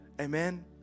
Amen